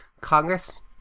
Congress